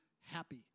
happy